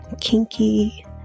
kinky